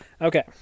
okay